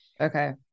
Okay